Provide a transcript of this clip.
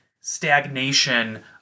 stagnation